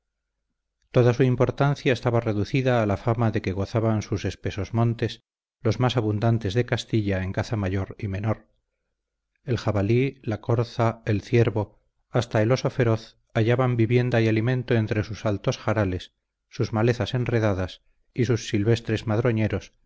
península toda su importancia estaba reducida a la fama de que gozaban sus espesos montes los más abundantes de castilla en caza mayor y menor el jabalí la corza el ciervo hasta el oso feroz hallaban vivienda y alimento entre sus altos jarales sus malezas enredadas y sus silvestres madroñeros